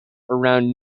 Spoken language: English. around